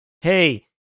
hey